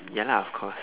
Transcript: ya lah of course